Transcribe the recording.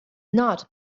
not